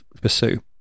pursue